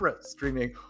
streaming